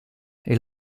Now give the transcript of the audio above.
est